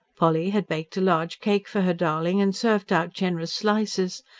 polly had baked a large cake for her darling, and served out generous slices.